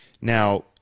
Now